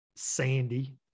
sandy